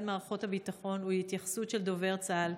מערכות הביטחון או להתייחסות של דובר צה"ל,